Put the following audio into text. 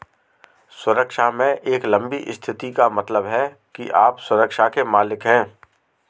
सुरक्षा में एक लंबी स्थिति का मतलब है कि आप सुरक्षा के मालिक हैं